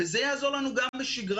וזה יעזור לנו גם בשגרה.